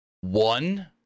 one